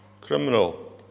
criminal